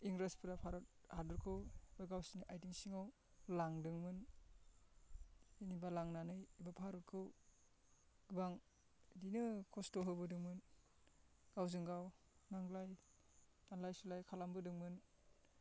इंग्राजफोरा भरत हादरखौ गावसिनि आथिं सिङाव लांदोंमोन जेनोबा लांनानै बे भरतखौ गोबां इदिनो खस्थ' होबोदोंमोन गावजों गाव नांज्लाय दानलाय सुलाय खालामबोदोंमोन